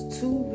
two